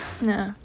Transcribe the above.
No